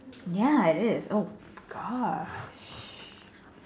ya it is oh Gosh